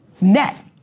Net